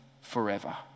forever